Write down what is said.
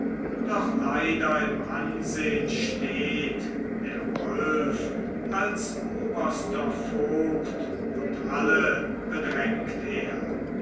doch leider im ansehn steht der wolf als oberster vogt und alle bedrängt er